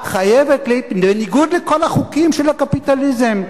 הממשלה חייבת, בניגוד לכל החוקים של הקפיטליזם,